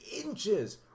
inches